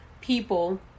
people